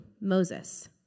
Moses